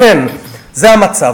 לכן, זה המצב.